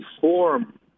form